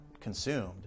consumed